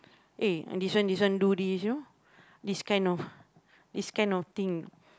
eh this one this one do this you know this kind of this kind of thing